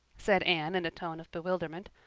said anne in a tone of bewilderment.